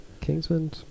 Kingsman